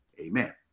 amen